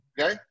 okay